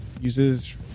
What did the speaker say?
uses